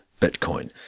Bitcoin